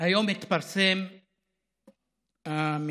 היום התפרסם המקרה